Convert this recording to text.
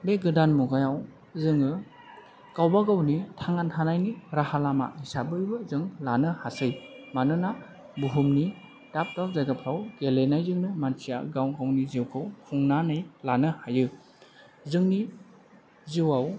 बे गोदान मुगायाव जोङो गावबा गावनि थांनानै थानायनि राहा लामा हिसाबैबो जों लानो हासै मानोना बुहुमनि दाब दाब जायगाफ्राव गेलेनायजोंनो मानसिया गाव गावनि जिउखौ खुंनानै लानो हायो जोंनि जिउआव